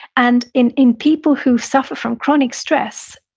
and in in people who suffer from chronic stress,